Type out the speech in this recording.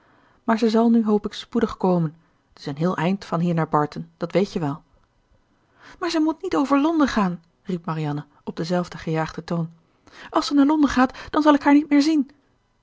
maar zij zal nu hoop ik spoedig komen het is een heel eind van hier naar barton dat weet je wel maar ze moet niet over londen gaan riep marianne op denzelfden gejaagden toon als ze naar londen gaat dan zal ik haar niet meer zien